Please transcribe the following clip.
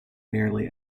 nearly